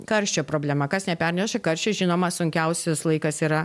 karščio problema kas neperneša karščio žinoma sunkiausias laikas yra